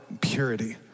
purity